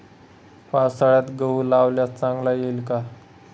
पावसाळ्यात गहू लावल्यास चांगला येईल का?